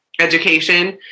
Education